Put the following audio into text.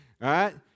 right